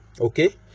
Okay